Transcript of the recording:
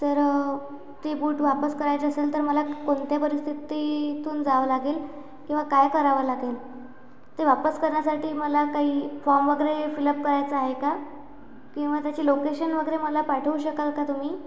तर ते बूट वापस करायचे असेल तर मला कोणत्या परिस्थितीतून जावं लागेल किंवा काय करावं लागेल ते वापस करण्यासाठी मला काही फॉर्म वगैरे फिलअप करायचं आहे का किंवा त्याची लोकेशन वगैरे मला पाठवू शकाल का तुम्ही